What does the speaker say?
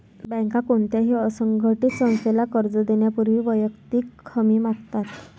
बँका कोणत्याही असंघटित संस्थेला कर्ज देण्यापूर्वी वैयक्तिक हमी मागतात